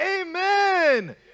Amen